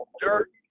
dirt